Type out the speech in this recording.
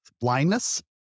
blindness